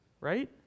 right